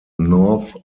north